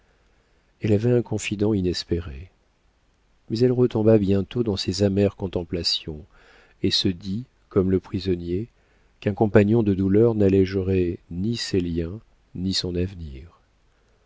elle avait un confident inespéré mais elle retomba bientôt dans ses amères contemplations et se dit comme le prisonnier qu'un compagnon de douleur n'allégerait ni ses liens ni son avenir